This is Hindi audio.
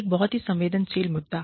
एक बहुत ही संवेदनशील मुद्दा